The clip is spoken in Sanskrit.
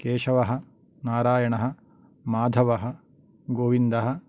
केशवः नारायणः माधवः गोविन्दः